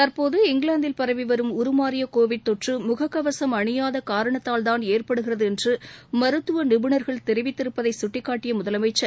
தற்போது இங்கிலாந்தில் பரவி வரும் உருமாறிய கோவிட் தொற்று முகக் கவசும் அணியாத காரணத்தால்தான் ஏற்படுகிறது என்று மருத்துவ நிபுணர்கள் தெரிவித்திருப்பதை கட்டிக்காட்டிய முதலமைச்சர்